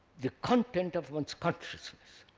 the content of one's consciousness.